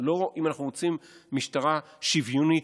לא אם אנחנו רוצים משטרה שוויונית,